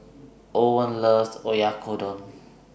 Owen loves Oyakodon